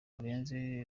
murenzi